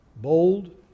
Bold